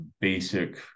basic